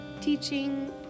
teaching